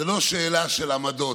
זו לא שאלה של עמדות,